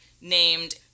named